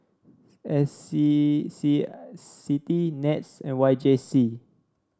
S C C CITI NETS and Y J C